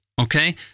Okay